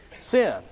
sin